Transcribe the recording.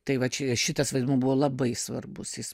tai va čia šitas vaidmuo buvo labai svarbus jis